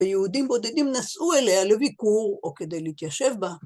‫ויהודים בודדים נסעו אליה לביקור ‫או כדי להתיישב בה.